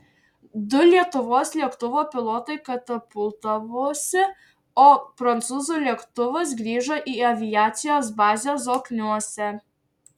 du lietuvos lėktuvo pilotai katapultavosi o prancūzų lėktuvas grįžo į aviacijos bazę zokniuose